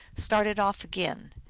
started off again,